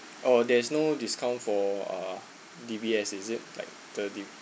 oh there is no discount for uh D_B_S is it like thirty